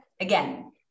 again